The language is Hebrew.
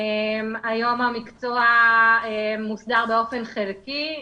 היום המקצוע מוסדר באופן חלקי,